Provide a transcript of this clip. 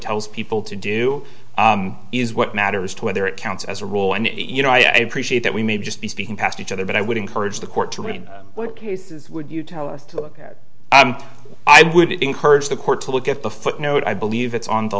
tells people to do is what matters to whether it counts as a rule and you know i appreciate that we may just be speaking past each other but i would encourage the court to review what would you tell us to look at i would encourage the court to look at the footnote i believe it's on the